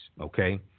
okay